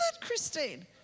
christine